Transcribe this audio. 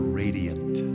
radiant